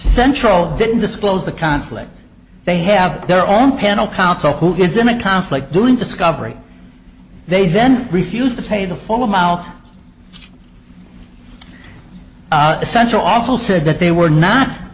central didn't disclose the conflict they have their own panel counsel who is in a conflict doing discovery they then refused to pay the full mouth essential also said that they were not